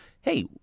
hey